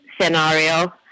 scenario